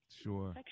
Sure